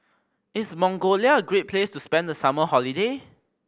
is Mongolia a great place to spend the summer holiday